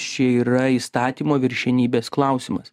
čia yra įstatymo viršenybės klausimas